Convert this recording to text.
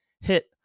hit